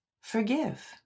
forgive